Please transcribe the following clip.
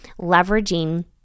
leveraging